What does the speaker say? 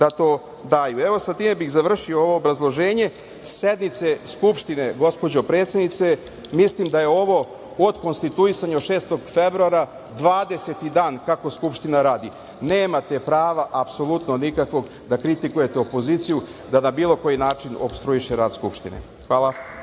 da to daju. Evo, sa time bih završio ovo obrazloženje. Sednice Skupštine gospođo predsednice mislim da je ovo od konstituisanja 6. februara, dvadeseti dan kako Skupština radi. Nemate prava apsolutno nikakvog da kritikujete opoziciju da na bilo koji način opstruiše rad Skupštine. Hvala.